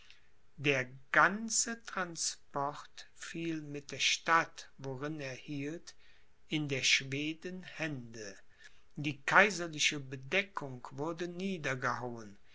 der ganze transport fiel mit der stadt worin er hielt in der schweden hände die kaiserliche bedeckung wurde niedergehauen